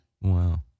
wow